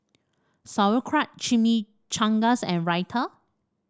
Sauerkraut Chimichangas and Raita